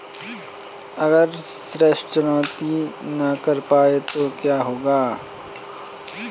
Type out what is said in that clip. अगर ऋण चुकौती न कर पाए तो क्या होगा?